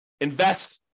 Invest